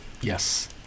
Yes